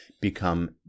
become